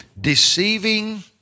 deceiving